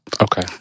Okay